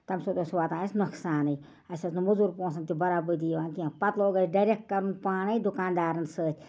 تَمہِ سۭتۍ اوس واتان اَسہِ نۄقصانٕے اَسہِ اوس نہٕ مُزوٗر پونٛسن تہِ برابٔردی یِوان کیٚنٛہہ پتہٕ لوگ اَسہِ ڈٮ۪رٮ۪ک کَرُن پانَے دُکان دارن سۭتۍ